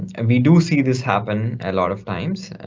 and we do see this happen a lot of times,